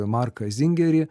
marką zingerį